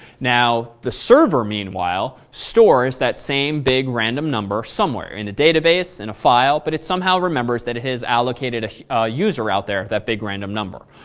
now, the server meanwhile stores that same big random number somewhere in the database, in a file. but it somehow remembers that it has allocated a user out there, that big random number.